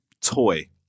toy